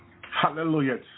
Hallelujah